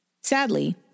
Sadly